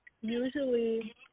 Usually